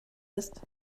ist